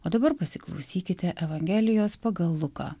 o dabar pasiklausykite evangelijos pagal luką